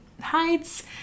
heights